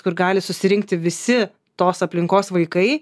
kur gali susirinkti visi tos aplinkos vaikai